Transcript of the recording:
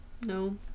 No